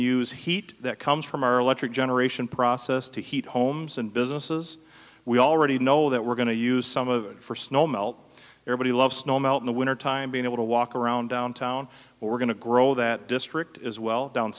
use heat that comes from our electric generation process to heat homes and businesses we already know that we're going to use some of it for snow melt everybody loves snow melt in the wintertime being able to walk around downtown or we're going to grow that district as well down